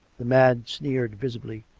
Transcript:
the man sneered visibly.